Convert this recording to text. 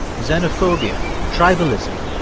xenophobia, tribalism.